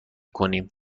کنیم